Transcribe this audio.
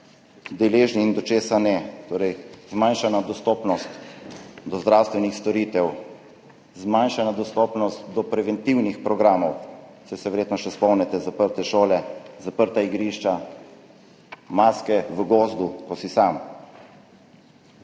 deležni in česa ne. Torej, zmanjšana dostopnost do zdravstvenih storitev, zmanjšana dostopnost do preventivnih programov, saj se verjetno še spomnite, zaprte šole, zaprta igrišča, maske v gozdu, kjer si sam.